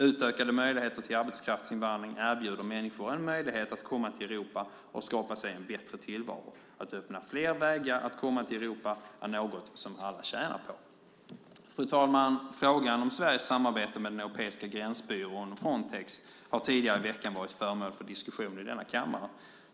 Utökade möjligheter till arbetskraftsinvandring erbjuder människor en möjlighet att komma till Europa och skapa sig en bättre tillvaro. Att öppna fler vägar att komma till Europa är något som alla tjänar på. Fru talman! Frågan om Sveriges samarbete med den europeiska gränsbyrån, Frontex, har tidigare i veckan varit föremål för diskussion i denna kammare.